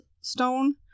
stone